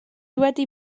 wedi